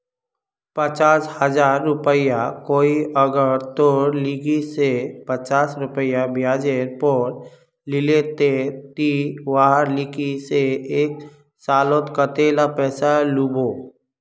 पचास हजार रुपया कोई अगर तोर लिकी से पाँच रुपया ब्याजेर पोर लीले ते ती वहार लिकी से एक सालोत कतेला पैसा लुबो?